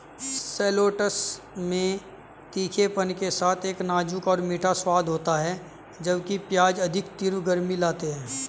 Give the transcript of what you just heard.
shallots में तीखेपन के साथ एक नाजुक और मीठा स्वाद होता है, जबकि प्याज अधिक तीव्र गर्मी लाते हैं